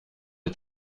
est